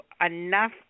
enough